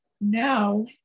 now